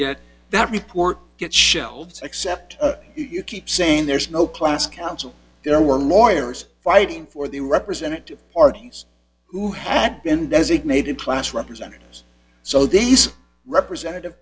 yet that report get shelved except you keep saying there's no class council there were more errors fighting for the representative parties who had been designated class representatives so these representative